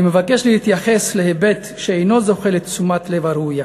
אני מבקש להתייחס להיבט שאינו זוכה לתשומת הלב הראויה.